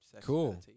Cool